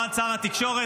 עמד שר התקשורת,